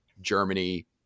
Germany